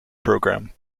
program